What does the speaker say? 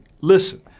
Listen